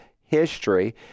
history